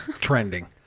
trending